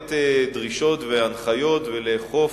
לתת דרישות והנחיות ולאכוף.